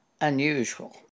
unusual